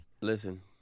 Listen